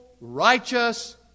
righteous